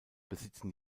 besitzen